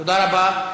תודה רבה.